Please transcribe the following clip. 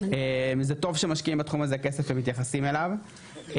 זה טוב שמשקיעים בתחום הזה כסף ומתייחסים אליו,